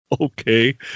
okay